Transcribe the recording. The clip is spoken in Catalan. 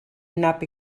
nap